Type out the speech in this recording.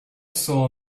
saw